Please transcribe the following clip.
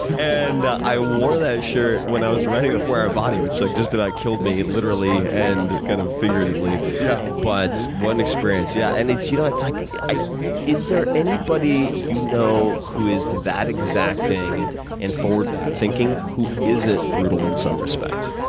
and i wore that shirt when i was writing the four hour body, which like just about killed me literally and kind of figuratively. yeah but what an experience. yeah and it's you know it's like yeah is there anybody you know who is that exacting and forward thinking who isn't brutal in some respects?